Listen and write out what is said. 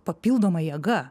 papildoma jėga